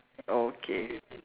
okay